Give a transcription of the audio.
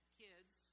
kids